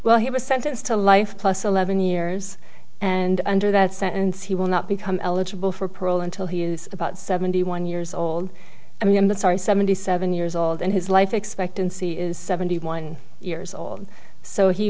well he was sentenced to life plus eleven years and under that sentence he will not become eligible for parole until he is about seventy one years old i mean the story seventy seven years old and his life expectancy is seventy one years old so he